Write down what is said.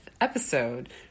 episode